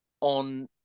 on